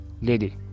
lady